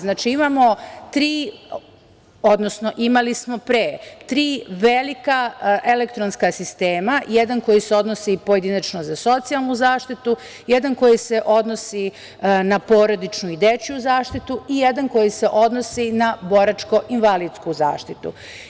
Znači, imali smo pre tri velika elektronska sistema, jedan koji se odnosi pojedinačno za socijalnu zaštitu, jedan koji se odnosi na porodičnu i dečiju zaštitu i jedan koji se odnosi na boračko-invalidsku zaštitu.